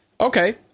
Okay